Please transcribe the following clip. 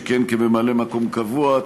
שכיהן כממלא-מקום קבוע,